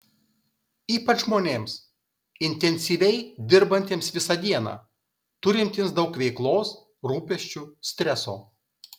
ypač žmonėms intensyviai dirbantiems visą dieną turintiems daug veiklos rūpesčių streso